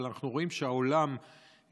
אבל אנחנו רואים שהעולם משתנה.